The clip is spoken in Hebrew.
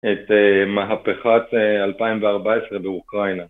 את מהפכות 2014 באוקראינה.